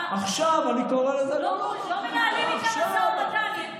אני רוצה לומר,